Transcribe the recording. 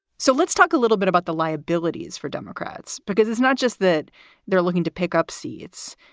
so let's talk a little bit about the liabilities for democrats, because it's not just that they're looking to pick up seats.